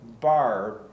Barb